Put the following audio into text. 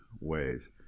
ways